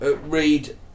read